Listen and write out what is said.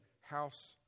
house